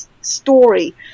story